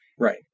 Right